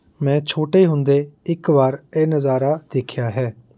ਮੈਂ ਛੋਟੇ ਹੁੰਦੇ ਇੱਕ ਵਾਰ ਇਹ ਨਜ਼ਾਰਾ ਦੇਖਿਆ ਹੈ